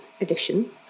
edition